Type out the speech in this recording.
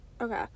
Okay